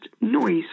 noise